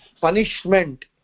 punishment